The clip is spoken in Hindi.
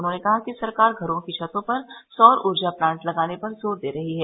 उन्होंने कहा कि सरकार घरों की छतों पर सौर ऊर्जा प्लांट लगाने पर जोर दे रही है